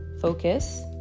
focus